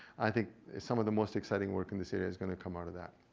i think some of the most exciting work in this area is going to come out of that.